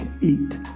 eat